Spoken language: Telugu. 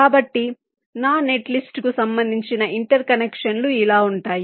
కాబట్టి నా నెట్ లిస్ట్ కు సంబంధించిన ఇంటర్ కనెక్షన్లు ఇలా ఉంటాయి